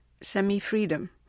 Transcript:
semi-freedom